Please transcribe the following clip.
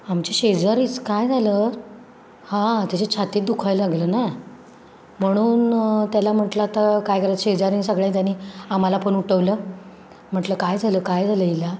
आमच्या शेजारीच काय झालं हां तिच्या छातीत दुखायला लागलं ना म्हणून त्याला म्हटलं आता काय करा शेजारी सगळे त्यांनी आम्हाला पण उठवलं म्हटलं काय झालं काय झालं हिला